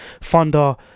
thunder